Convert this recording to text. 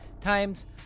times